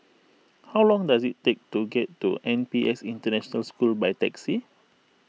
how long does it take to get to N P S International School by taxi